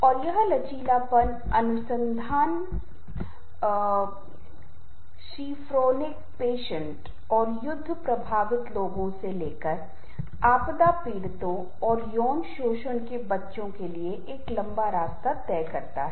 और यह लचीलापन अनुसंधान स्किज़ोफ्रेनिक रोगी और युद्ध प्रभावित लोगों से लेकर आपदा पीड़ितों और यौन शोषण के बच्चों के लिए एक लंबा रास्ता तय करता है